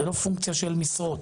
זה לא פונקציה של משרות,